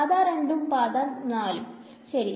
പാത 2 ഉം പാത 4 ഉം